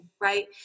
right